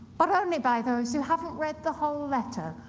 but only by those who haven't read the whole letter,